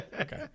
Okay